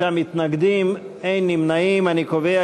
בעיקר באשר לעניים ולמבקשי קורת גג,